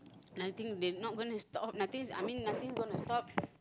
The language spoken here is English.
I think they not going to stop nothing I mean nothing gonna stop